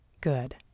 Good